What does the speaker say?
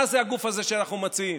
מה זה הגוף הזה שאנחנו מציעים?